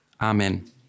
Amen